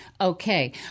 Okay